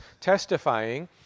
testifying